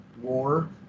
war